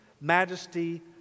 majesty